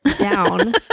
down